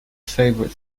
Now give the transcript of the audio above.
favorite